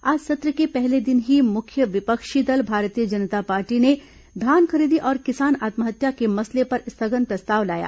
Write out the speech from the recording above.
आज सत्र के पहले दिन ही मुख्य विपक्षी दल भारतीय जनता पार्टी ने धान खरीदी और किसान आत्महत्या के मसले पर स्थगन प्रस्ताव लाया